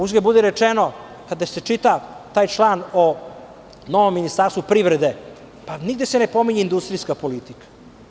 Uzgred rečeno, kada se čita član o novom Ministarstvu privrede, nigde se ne pominje industrijska politika.